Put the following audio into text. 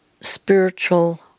spiritual